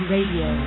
Radio